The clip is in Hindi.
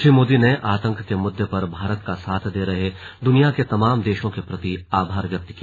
श्री मोदी ने आतंक के मुद्दे पर भारत का साथ दे रहे दुनिया के तमाम देशों के प्रति आभार व्यक्त किया